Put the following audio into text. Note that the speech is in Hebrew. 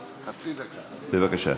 בבקשה.